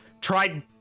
tried